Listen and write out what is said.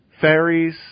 Fairies